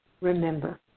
remember